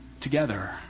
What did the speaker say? together